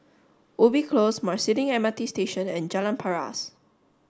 Ubi Close Marsiling M R T Station and Jalan Paras